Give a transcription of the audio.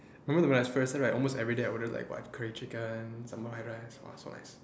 remember the when almost everyday I ordered like what curry chicken sambal fried rice !wah! so nice